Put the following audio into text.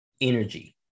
energy